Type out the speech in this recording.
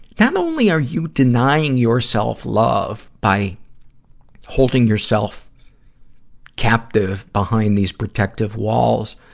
not only are you denying yourself love by holding yourself captive behind these protective walls,